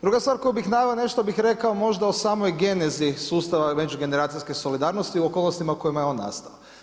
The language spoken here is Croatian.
Druga stvar koju bih naveo, nešto bih rekao možda o samoj genezi sustava međugeneracijske solidarnosti u okolnostima u kojima je on nastao.